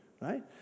right